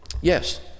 Yes